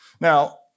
Now